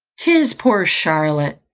tis poor charlotte!